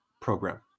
program